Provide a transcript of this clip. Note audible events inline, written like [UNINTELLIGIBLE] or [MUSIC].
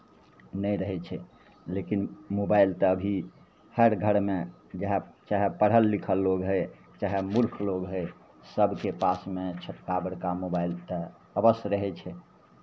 नहि रहै छै लेकिन मोबाइल तऽ अभी हर घरमे [UNINTELLIGIBLE] चाहे पढ़ल लिखल लोक हइ चाहे मुर्ख लोक हइ सभके पासमे छोटका बड़का मोबाइल तऽ अवश्य रहै छै